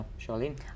Charlene